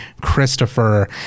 Christopher